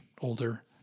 older